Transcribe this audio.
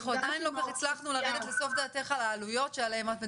לא הצלחנו להבין ולרדת לסוף דעתך על העלויות שעליהן את מדברת,